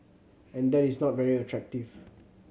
and that is not very attractive